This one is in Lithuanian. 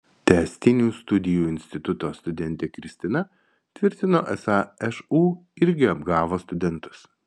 tęstinių studijų instituto studentė kristina tvirtino esą šu irgi apgavo studentus